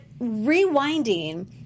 rewinding